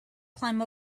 climb